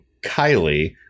Kylie